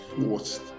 forced